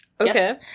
Okay